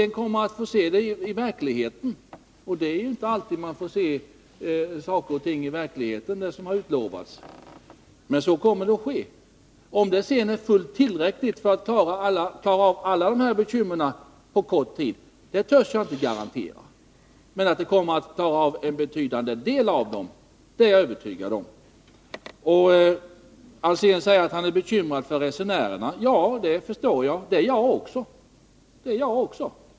Hans Alsén kan få se det hela i verkligheten, och det är ju inte alltid som man i verkligheten kan få se vad som har utlovats. Men så kommer att ske. Att det är fullt tillräckligt för att på kort tid undanröja alla bekymmer törs jag inte garantera. Men att det kommer att undanröja en betydande del av dem är jag övertygad om. Hans Alsén säger att han är bekymrad för resenärerna. Ja, det förstår jag. Det är jag också.